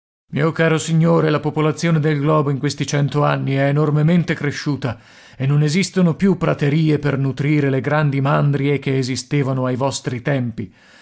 mio caro signore la popolazione del globo in questi cento anni è enormemente cresciuta e non esistono più praterie per nutrire le grandi mandrie che esistevano ai vostri tempi